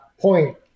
point